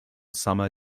summer